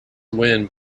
win